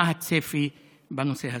מה הצפי בנושא הזה?